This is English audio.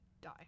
die